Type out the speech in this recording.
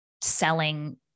selling